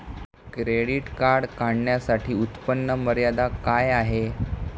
Credit card काढण्यासाठी उत्पन्न मर्यादा काय आहे?